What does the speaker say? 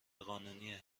قانونیه